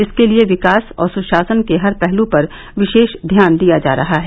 इसके लिए विकास और सुशासन के हर पहलू पर विशेष ध्यान दिया जा रहा है